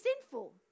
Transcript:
sinful